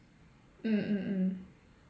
mm mm mm